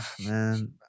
man